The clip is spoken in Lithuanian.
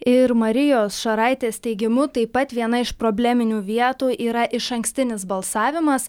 ir marijos šaraitės teigimu taip pat viena iš probleminių vietų yra išankstinis balsavimas